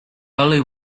only